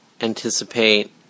anticipate